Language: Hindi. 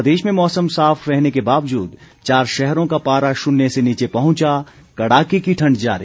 प्रदेश में मौसम साफ रहने के बावजूद चार शहरों का पारा शून्य से नीचे पहुंचा कड़ाके की ठण्ड जारी